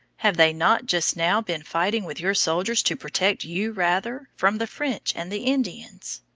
have they not just now been fighting with your soldiers to protect you, rather, from the french and the indians?